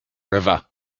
river